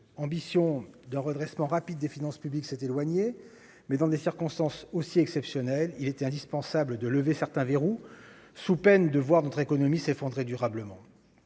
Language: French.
L'ambition d'un redressement rapide des finances publiques s'est éloignée, mais, dans des circonstances aussi exceptionnelles, il était indispensable de lever certains verrous, sous peine de voir notre économie s'effondrer durablement.